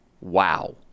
wow